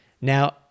Now